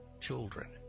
children